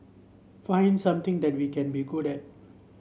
find something that we can be good at